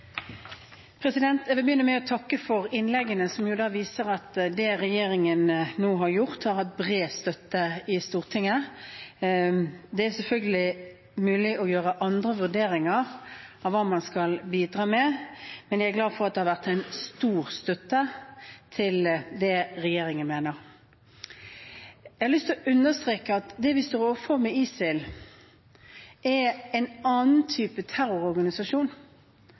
Jeg vil begynne med å takke for innleggene, som viser at det regjeringen nå har gjort, har hatt bred støtte i Stortinget. Det er selvfølgelig mulig å gjøre andre vurderinger av hva man skal bidra med, men jeg er glad for at det har vært en stor støtte til det regjeringen mener. Jeg har lyst til å understreke at det vi står overfor med ISIL, er en annen type terrororganisasjon